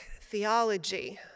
theology